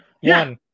One